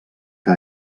que